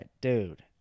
dude